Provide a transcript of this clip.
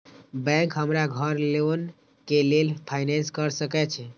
Bank हमरा घर loan के लेल फाईनांस कर सके छे?